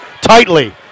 tightly